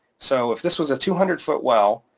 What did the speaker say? so if this was a two hundred foot well,